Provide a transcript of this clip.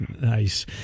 Nice